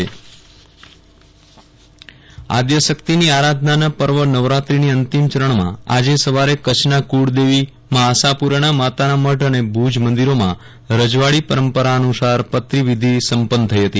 વિરલ રાણા પતરીવિધી આઘ શક્તિની આરાધનાના પર્વ નવરાત્રીની અંતિમ ચરણમાં આજે સવારે કચ્છના કુળદેવી મા આશાપુરાના માતાનામઢ અને ભુજ મંદિરોમાં રજવાડી પરંપરા અનુસાર પતરીવિધિ સંપન્ન થઈ હતી